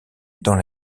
dans